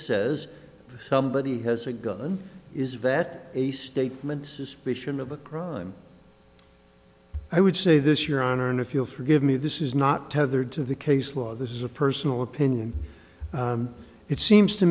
says somebody has a gun is vet a statement suspicion of a crime i would say this your honor and if you'll forgive me this is not tethered to the case law this is a personal opinion it seems to